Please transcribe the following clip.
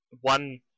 one